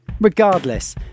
Regardless